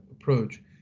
approach